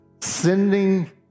sending